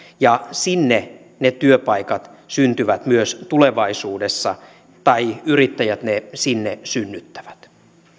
ja sinne ne työpaikat syntyvät myös tulevaisuudessa tai yrittäjät ne sinne synnyttävät